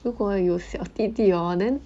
如果有小弟弟 hor then